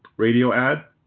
radio ad.